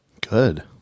Good